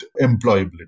employability